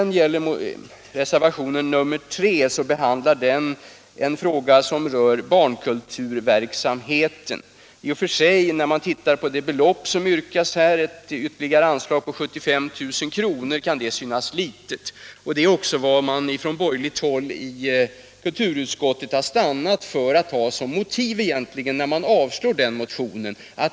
95 Reservationen 3 handlar om barnteaterkonsulentverksamheten. Det belopp som där yrkas, ett ytterligare anslag på 75 000 kr., kan synas litet, och det är också vad man från borgerligt håll i kulturutskottet har stannat för som motiv när man avstyrkt förslaget.